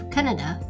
Canada